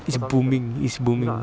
is booming is booming